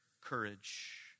courage